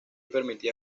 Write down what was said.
permitía